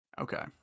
Okay